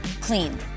Clean